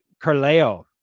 Carleo